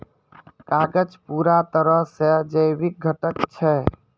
कागज पूरा तरहो से जैविक घटक छै